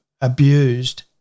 abused